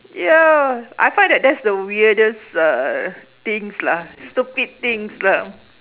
ya I find that that's the weirdest uhh things lah stupid things lah